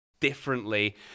differently